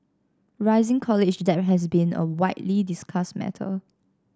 rising college debt has been a widely discussed matter